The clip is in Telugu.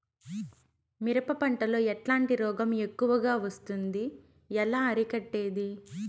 మిరప పంట లో ఎట్లాంటి రోగం ఎక్కువగా వస్తుంది? ఎలా అరికట్టేది?